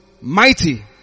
mighty